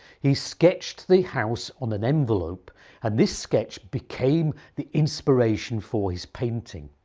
he sketched the house on an envelope and this sketch became the inspiration for his painting.